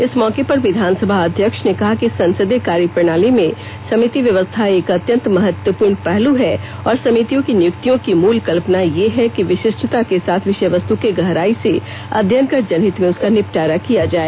इस मौके पर विधानसभा अध्यक्ष ने कहा कि संसदीय कार्य प्रणाली में समिति व्यवस्था एक अत्यंत महत्वपूर्ण पहलू है और समितियों की नियुक्तियों की मूल कल्पना यह है कि विषिष्टता के साथ विषय वस्तु के गहराई से अध्ययन कर जनहित में उसका निपटारा किया जाए